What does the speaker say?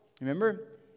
Remember